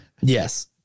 Yes